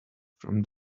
from